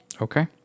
Okay